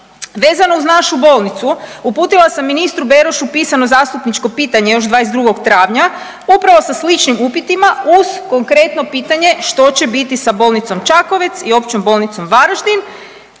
Vezano uz našu bolnicu uputila sam ministru Berošu pisano zastupničko pitanje još 22. travnja upravo sa sličnim upitima uz konkretno pitanje što će biti sa bolnicom Čakovec i Općom bolnicom Varaždin,